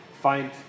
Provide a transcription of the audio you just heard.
find